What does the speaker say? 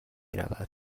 رود